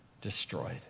destroyed